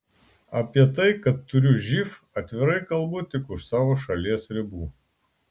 apie tai kad turiu živ atvirai kalbu tik už savo šalies ribų